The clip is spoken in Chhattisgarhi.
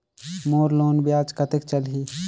मोर लोन ब्याज कतेक चलही?